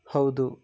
ಹೌದು